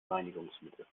reinigungsmittel